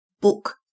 book